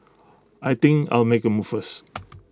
I think I'll make A move first